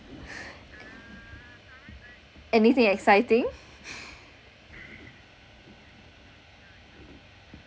anything exciting